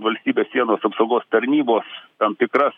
valstybės sienos apsaugos tarnybos tam tikras